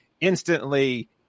instantly